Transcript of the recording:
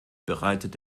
bereitet